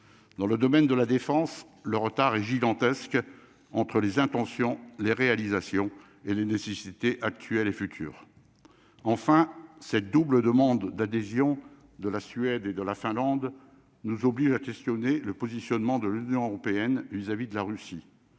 dans le domaine de la défense, le retard est gigantesque entre les intentions les réalisations et les nécessités actuelles et futures, enfin cette double demande d'adhésion de la Suède, de la Finlande nous oblige à questionner le positionnement de l'Union européenne vis-à-vis de la Russie,